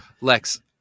Lex